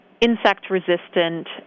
insect-resistant